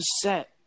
set